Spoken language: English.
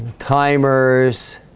timers